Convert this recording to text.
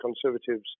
Conservatives